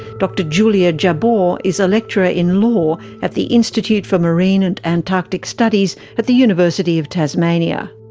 dr julia jabour is a lecturer in law at the institute for marine and antarctic studies at the university of tasmania.